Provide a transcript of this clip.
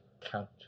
count